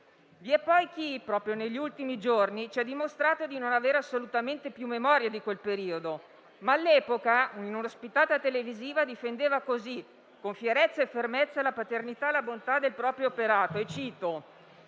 Vi è poi chi, proprio negli ultimi giorni, ci ha dimostrato di non avere assolutamente più memoria di quel periodo, ma che all'epoca, in un'ospitata televisiva, difendeva così, con fierezza e fermezza, la paternità e la bontà del proprio operato: «Nel